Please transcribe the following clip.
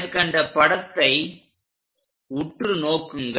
மேற்கண்ட படத்தை உற்று நோக்குங்கள்